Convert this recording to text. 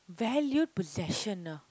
valued possession ah